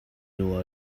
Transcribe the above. you